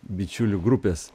bičiulių grupės